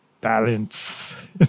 balance